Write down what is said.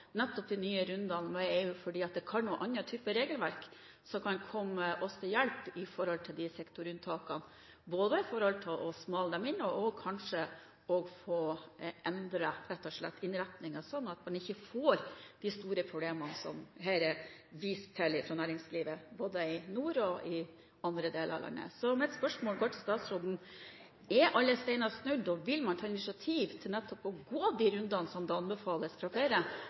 de nye rundene med EU fordi det kan være andre typer regelverk som kan komme oss til hjelp i sektorunntakene, med tanke på både å smale dem inn og kanskje rett og slett å få endret innretningen, sånn at man ikke får de store problemene som det her er vist til fra næringslivet både i nord og i andre deler av landet. Mitt spørsmål til statsråden er: Er alle steiner snudd, og vil man ta initiativ til å gå de rundene som anbefales fra flere,